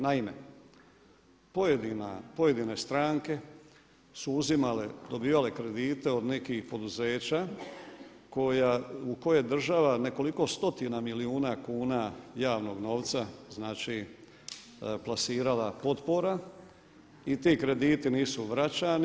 Naime, pojedine stranke su uzimale, dobivale kredite od nekih poduzeća u koje država, nekoliko stotina milijuna kuna javnog novca, znači plasirala potpora i ti krediti nisu vraćani.